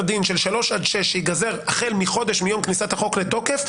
דין של שלוש עד שש ייגזר החל מחודש מיום כניסת החוק לתוקף,